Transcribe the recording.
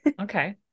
Okay